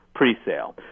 presale